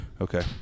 Okay